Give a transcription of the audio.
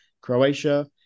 Croatia